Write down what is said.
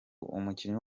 umukinnyi